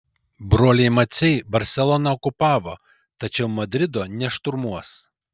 broliai maciai barseloną okupavo tačiau madrido nešturmuos